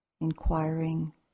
Inquiring